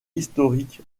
historique